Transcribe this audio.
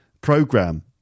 program